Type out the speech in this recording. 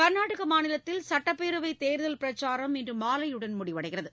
கர்நாடக மாநிலத்தில் சுட்டப்பேரவை தேர்தல் பிரச்சாரம் இன்று மாலையுடன் முடிவடைகிறது